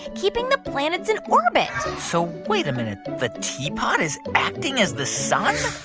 keeping the planets in orbit so wait a minute. the teapot is acting as the sun?